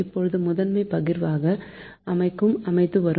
இப்போது முதன்மை பகிர்மான அமைப்பு வரும்